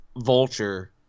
Vulture